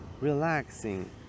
relaxing